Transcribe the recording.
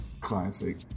classic